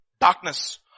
darkness